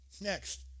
Next